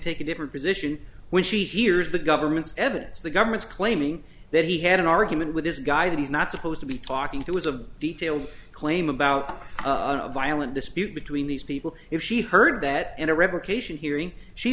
take a different position when she hears the government's evidence the government's claiming that he had an argument with this guy that he's not supposed to be talking to was a detailed claim about a violent dispute between these people if she heard that in a revocation hearing she